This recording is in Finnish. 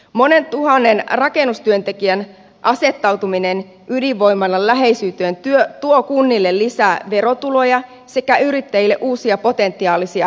monen tuhannen rakennustyöntekijän asettautuminen ydinvoimalan läheisyyteen tuo kunnille lisää verotuloja sekä yrittäjille uusia potentiaalisia asiakkaita